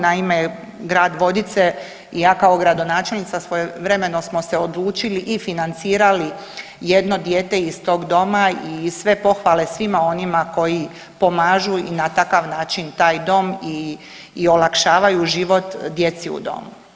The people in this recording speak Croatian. Naime, grad Vodice i ja kao gradonačelnica svojevremeno smo se odlučili i financirali jedno dijete iz tog doma i sve pohvale svima onima koji pomažu i na takav način taj dom i olakšavaju život djeci u domu.